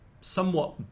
somewhat